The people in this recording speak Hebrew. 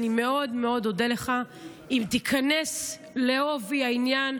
אני מאוד מאוד אודה לך אם תיכנס בעובי העניין,